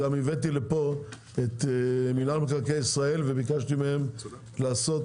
הבאתי לפה את מינהל מקרקעי ישראל וביקשתי מהם לעשות